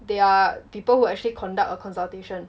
they are people who actually conduct a consultation